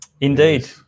Indeed